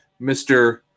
Mr